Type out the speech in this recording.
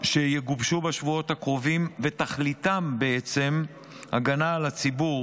שיגובשו בשבועות הקרובים, ותכליתם הגנה על הציבור